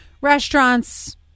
restaurants